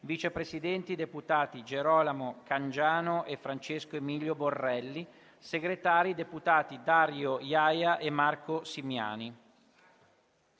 Vice Presidenti: deputati Gerolamo Cangiano e Francesco Emilio Borrelli; Segretari: deputati Dario Iaia e Marco Simiani.